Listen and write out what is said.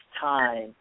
time